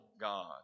God